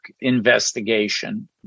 investigation